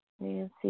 Nancy